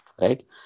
right